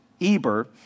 Eber